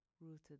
rooted